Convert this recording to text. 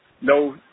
No